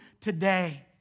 today